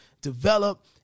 develop